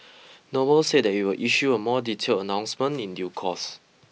Noble said that you will issue a more detailed announcement in due course